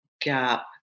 Gap